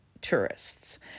tourists